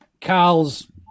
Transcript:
Carl's